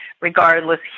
regardless